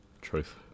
Truth